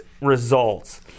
results